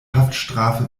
haftstrafe